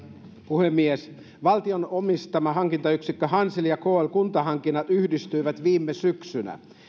puhemies valtion omistama hankintayksikkö hansel ja kl kuntahankinnat yhdistyivät viime syksynä